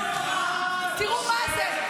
תראו מה זה,